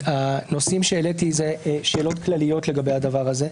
הנושאים שהעליתי זה שאלות כלליות לגבי הדבר הזה,